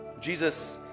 Jesus